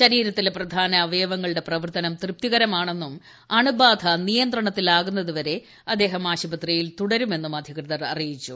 ശരീരത്തിലെ പ്രധാന അവയവങ്ങളുടെ ്രപ്പവർത്തനം തൃപ്തികരമാണെന്നും അണുബാധ നിയന്ത്രണത്തിൽ ആകുന്നതുവരെ അദ്ദേഹം ആശുപത്രിയിൽ തുട്ട്ത്മെന്നും അധികൃതർ അറിയിച്ചു